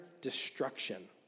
destruction